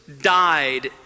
died